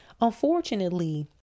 unfortunately